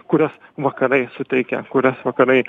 kurias vakarai suteikia kurias vakarai